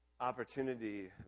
opportunity